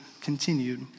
continued